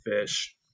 Fish